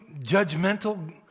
judgmental